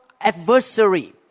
adversary